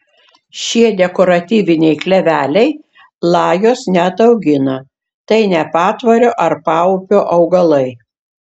šie dekoratyviniai kleveliai lajos neataugina tai ne patvorio ar paupio augalai